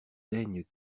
daigne